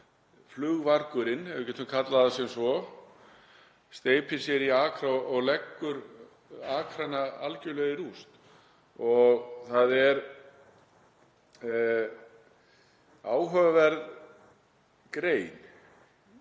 flugvargurinn, ef við getum kallað það sem svo, steypir sér í akra og leggur akrana algerlega í rúst. Það er áhugaverð grein